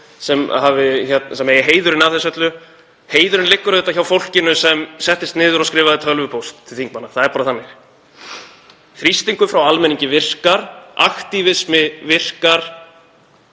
eigi heiðurinn af þessu öllu. Heiðurinn liggur auðvitað hjá fólkinu sem settist niður og skrifaði tölvupóst til þingmanna. Það er bara þannig. Þrýstingur frá almenningi virkar. Aktívismi virkar.